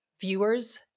viewers